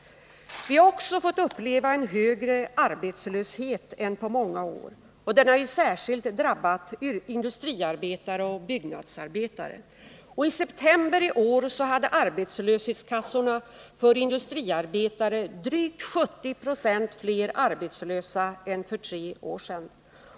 Vi har också fått uppleva en högre arbetslöshet än på många år, och den har ju särskilt drabbat industriarbetare och byggnadsarbetare. I september i år hade arbetslöshetskassorna för industriarbetare drygt 70 96 fler arbetslösa registrerade än för tre år sedan.